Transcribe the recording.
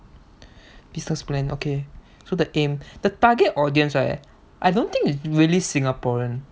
businessmen okay so the aim the target audience right I don't think it's really singaporean